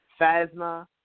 Phasma